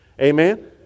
Amen